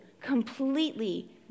completely